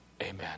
amen